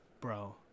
bro